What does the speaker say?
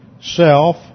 self